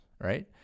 right